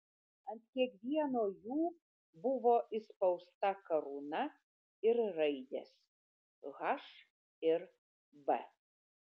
ant kiekvieno jų buvo įspausta karūna ir raidės h ir b